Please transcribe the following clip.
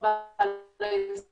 אני בעלת